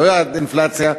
לא יעד אינפלציה,